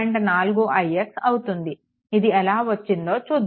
4ix అవుతుంది ఇది ఎలా వచ్చిందో చూద్దాము